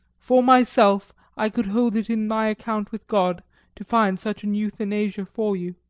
for myself i could hold it in my account with god to find such an euthanasia for you,